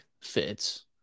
fits